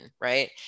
right